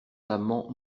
amand